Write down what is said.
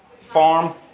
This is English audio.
farm